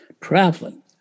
Traveling